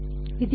ವಿದ್ಯಾರ್ಥಿ